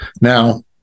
Now